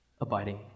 abiding